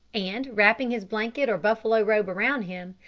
and, wrapping his blanket or buffalo robe round him,